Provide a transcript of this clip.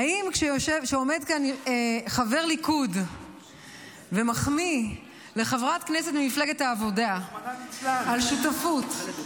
האם כשעומד כאן חבר ליכוד ומחמיא לחברת כנסת ממפלגת העבודה על שותפות,